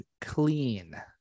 clean